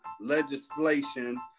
legislation